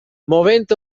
movent